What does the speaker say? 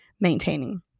maintaining